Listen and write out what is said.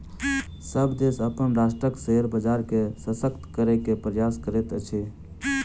सभ देश अपन राष्ट्रक शेयर बजार के शशक्त करै के प्रयास करैत अछि